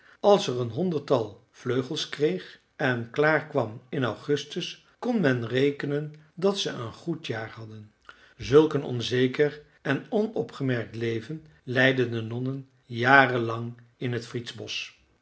als er een honderdtal vleugels kreeg en klaar kwam in augustus kon men rekenen dat ze een goed jaar hadden zulk een onzeker en onopgemerkt leven leidden de nonnen jaren lang in het friedsbosch